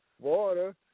water